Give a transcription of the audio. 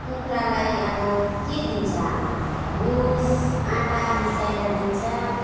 कुखुरालाई अब के दिन्छ भुस आँटा मिसाएर दिन्छ